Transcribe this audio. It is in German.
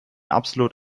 absolut